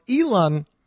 Elon